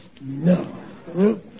No